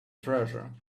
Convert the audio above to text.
treasure